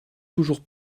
toujours